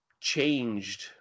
changed